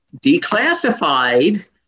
declassified